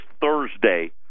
Thursday